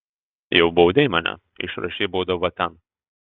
jau baudei mane išrašei baudą va ten